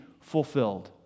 fulfilled